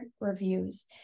reviews